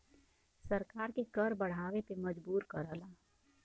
सरकार के कर बढ़ावे पे मजबूर करला